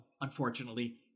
unfortunately